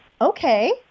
okay